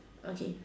okay